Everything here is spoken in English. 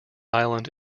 island